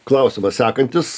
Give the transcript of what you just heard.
klausimas sekantis